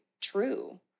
true